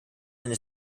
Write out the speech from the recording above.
eine